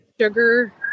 sugar